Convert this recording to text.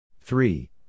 three